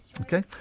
Okay